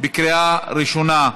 בקריאה ראשונה.